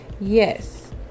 Yes